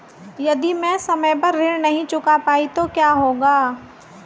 यदि मैं समय पर ऋण नहीं चुका पाई तो क्या होगा?